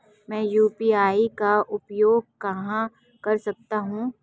मैं यू.पी.आई का उपयोग कहां कर सकता हूं?